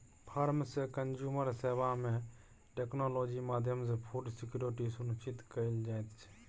farm सँ consumer सेबा मे टेक्नोलॉजी माध्यमसँ फुड सिक्योरिटी सुनिश्चित कएल जाइत छै